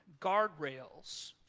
guardrails